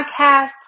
podcast